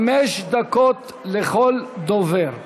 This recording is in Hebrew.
חמש דקות לכל דובר.